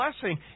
blessing